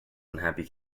unhappy